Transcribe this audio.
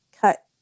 cut